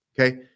Okay